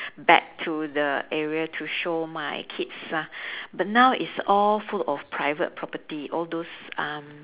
back to the area to show my kids ah but now it's all full of private property all those um